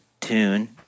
tune